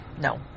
No